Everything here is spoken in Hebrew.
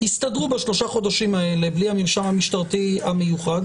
התייחסות יסתדרו בשלושה החודשים האלה בלי המרשם המשטרתי המיוחד.